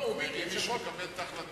הוא ביקש את מי שמקבל את ההחלטות,